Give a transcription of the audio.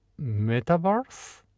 metaverse